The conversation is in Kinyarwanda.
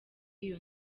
iyo